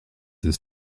this